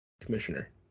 commissioner